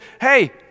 hey